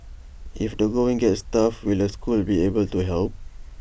if the going gets tough will the school be able to help